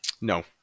No